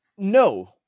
No